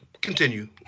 continue